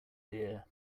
dear